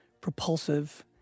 propulsive